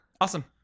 Awesome